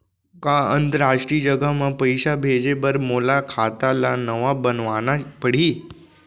का अंतरराष्ट्रीय जगह म पइसा भेजे बर मोला खाता ल नवा बनवाना पड़ही?